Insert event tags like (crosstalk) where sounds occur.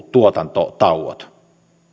(unintelligible) tuotantotauot